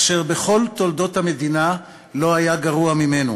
אשר בכל תולדות המדינה לא היה גרוע ממנו,